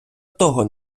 того